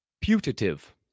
Putative